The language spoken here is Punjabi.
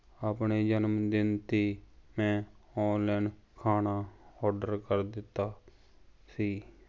ਆਪਣੇ ਜਨਮਦਿਨ 'ਤੇ ਮੈਂ ਔਨਲਾਈਨ ਖਾਣਾ ਔਡਰ ਕਰ ਦਿੱਤਾ ਸੀ